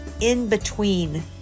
in-between